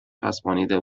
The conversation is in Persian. چسبانیده